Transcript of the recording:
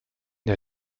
der